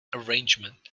arrangement